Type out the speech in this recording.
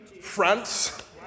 France